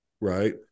Right